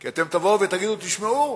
כי תגידו: תשמעו,